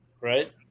Right